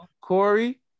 Corey